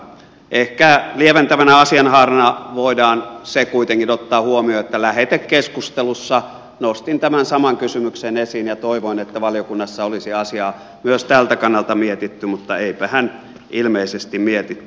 ehkä lieventävänä asianhaarana voidaan se kuitenkin ottaa huomioon että lähetekeskustelussa nostin tämän saman kysymyksen esiin ja toivoin että valiokunnassa olisi asiaa myös tältä kannalta mietitty mutta eipähän ilmeisesti mietitty